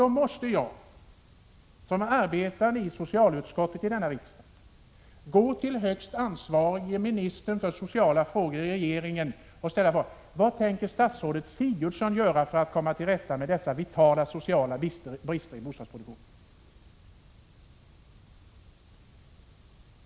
Då måste jag som ledamot av socialutskottet i denna riksdag vända mig till den som har det yttersta ansvaret i regeringen när det gäller det sociala området och ställa frågan: Vad tänker statsrådet Sigurdsen göra för att komma till rätta med dessa vitala sociala brister i bostadsproduktionen?